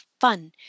fun